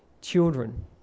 children